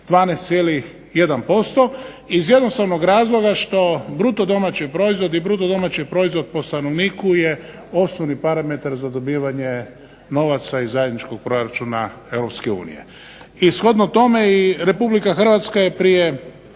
12,1% iz jednostavnog razloga što bruto domaći proizvod i bruto domaći proizvod po stanovniku je osnovni parametar za dobivanje novaca iz zajedničkog proračuna Europske unije. I shodno tome i Republika Hrvatska je prije